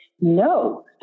No